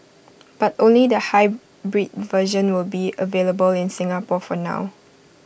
but only the hybrid version will be available in Singapore for now